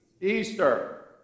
Easter